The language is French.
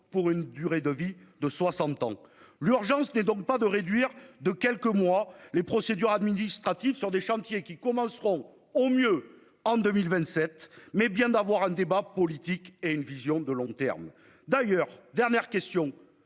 dont la durée de vie sera de soixante ans. L'urgence est donc non pas de réduire de quelques mois les procédures administratives sur des chantiers qui commenceront au mieux en 2027, mais bien d'avoir un débat politique et une vision de long terme. D'ailleurs- ce sera ma dernière question